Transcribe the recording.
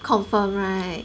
confirm right